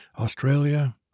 Australia